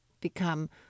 become